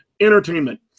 entertainment